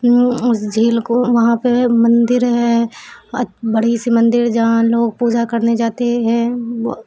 اس جھیل کو وہاں پہ مندر ہے بڑی سی مندر جہاں لوگ پوجا کرنے جاتے ہیں